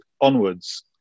onwards